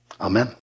Amen